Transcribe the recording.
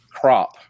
CROP